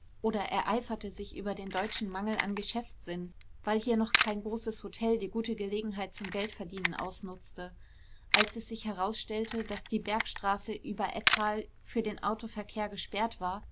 oder ereiferte sich über den deutschen mangel an geschäftssinn weil hier noch kein großes hotel die gute gelegenheit zum geldverdienen ausnutzte als es sich herausstellte daß die bergstraße über ettal für den autoverkehr gesperrt war